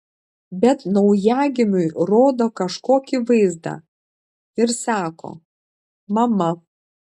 bet naujagimiui rodo kažkokį vaizdą ir sako mama